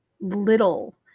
little